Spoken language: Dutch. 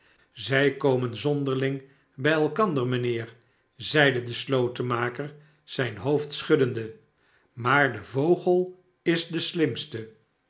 zij komen zonderling bij elkander mijnheer zeide de slotenmaker zijn hoofd schuddende maar de vogel is de slimste